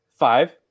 five